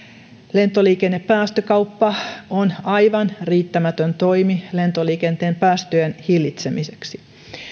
lentoliikennepäästökauppa on aivan riittämätön toimi lentoliikenteen päästöjen hillitsemiseksi